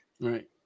Right